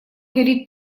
горит